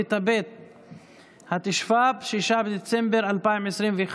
בטבת התשפ"ב, 6 בדצמבר 2021,